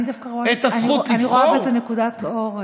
אני דווקא רואה בזה נקודת אור,